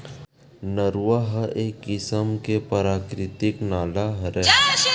नरूवा ह एक किसम के पराकिरितिक नाला हरय